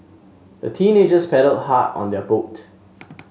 the teenagers paddled hard on their boat